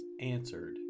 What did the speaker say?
answered